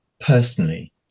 personally